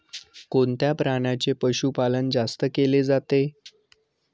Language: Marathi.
कोणत्या प्राण्याचे पशुपालन जास्त केले जाते?